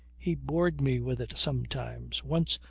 he bored me with it sometimes. once,